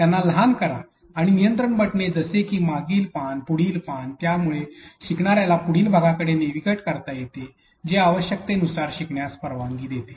त्यांना लहान करा आणि नियंत्रण बटणे जसे की मागील पान पुढील पान ज्यामुळे शिकणाऱ्याला पुढील भागाकडे नेव्हिगेट करता येते जे आवश्यकतेनुसार शिकण्यास परवानगी देते